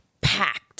packed